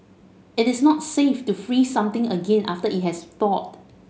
it is not safe to freeze something again after it has thawed